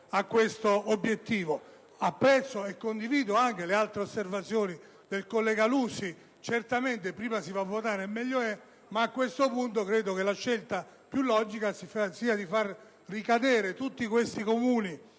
una contraddizione. Apprezzo e condivido anche le altre osservazioni del senatore Lusi: certamente, prima si va a votare, meglio è. Ma a questo punto, credo che la scelta più logica sia far ricadere tutti questi comuni,